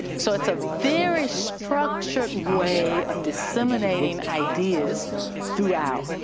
so it's a very structured way of disseminating ideas throughout.